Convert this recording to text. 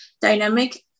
dynamic